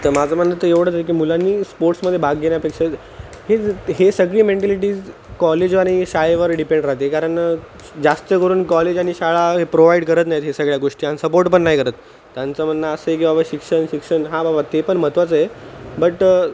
तर माझं म्हणणं तर एवढंच आहे की मुलांनी स्पोर्ट्समध्ये भाग घेण्यापेक्षा ज् हे ज् त् हे सगळी मेंटेलिटीज् कॉलेजो आणि शाळेवर डिपेंड राहते आहे कारण जास्तकरून कॉलेज आणि शाळा हे प्रोवाइड करत नाहीत हे सगळ्या गोष्टी आणि सपोर्ट पण नाही करत त्यांचं म्हणणं असं आहे की बाबा शिक्षण शिक्षण हां बाबा ते पण महत्त्वाचं आहे बट